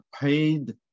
paid